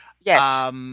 Yes